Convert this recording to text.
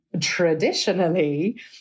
traditionally